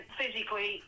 physically